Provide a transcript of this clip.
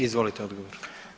Izvolite odgovor.